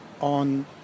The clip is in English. on